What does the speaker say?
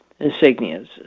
insignias